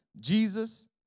Jesus